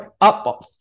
up